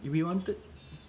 we wanted